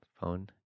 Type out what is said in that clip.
Phone